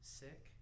sick